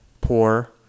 poor